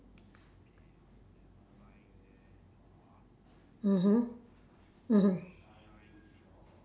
mmhmm mmhmm